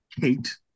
Kate